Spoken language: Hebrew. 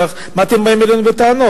כך מה אתם באים אלינו בטענות?